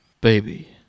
Baby